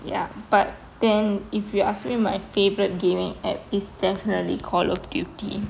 ya but then if you ask me my favourite gaming app is definitely call of duty